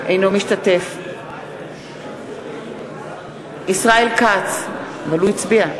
אינו משתתף בהצבעה ישראל כץ,